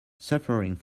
suffering